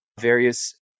various